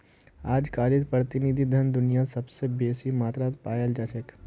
अजकालित प्रतिनिधि धन दुनियात सबस बेसी मात्रात पायाल जा छेक